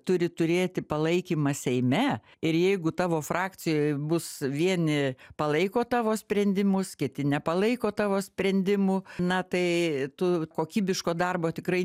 turi turėti palaikymą seime ir jeigu tavo frakcijoj bus vieni palaiko tavo sprendimus kiti nepalaiko tavo sprendimų na tai tu kokybiško darbo tikrai